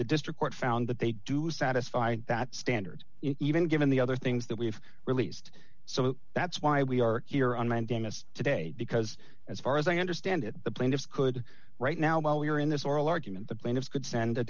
the district court found that they do satisfy that standard even given the other things that we've released so that's why we are here on mandamus today because as far as i understand it the plaintiffs could right now while we're in this oral argument the plaintiffs could send a